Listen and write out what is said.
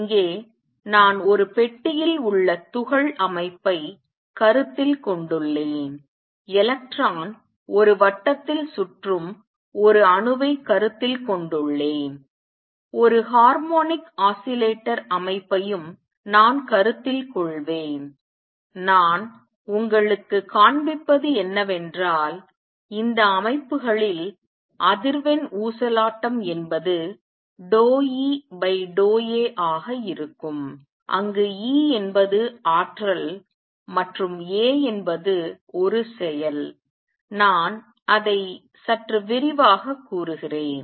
இங்கே நான் ஒரு பெட்டியில் உள்ள துகள் அமைப்பைக் கருத்தில் கொண்டுள்ளேன் எலக்ட்ரான் ஒரு வட்டத்தில் சுற்றும் ஒரு அணுவைக் கருத்தில் கொண்டுள்ளேன் ஒரு ஹார்மோனிக் ஆஸிலேட்டர் அமைப்பையும் நான் கருத்தில் கொள்வேன் நான் உங்களுக்கு காண்பிப்பது என்னவென்றால் இந்த அமைப்புகளில் அதிர்வெண் ஊசலாட்டம் என்பது ∂E∂A ஆக இருக்கும் அங்கு E என்பது ஆற்றல் மற்றும் A என்பது ஒரு செயல் நான் அதை சற்று விரிவாகக் கூறுகிறேன்